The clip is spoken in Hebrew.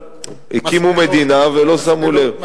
הקימו מדינה ולא שמו לב.